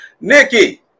Nikki